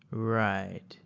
right.